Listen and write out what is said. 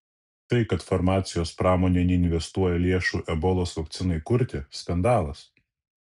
tai kad farmacijos pramonė neinvestuoja lėšų ebolos vakcinai kurti skandalas